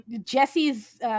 Jesse's